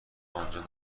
آنجا